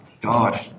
God